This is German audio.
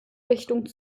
richtung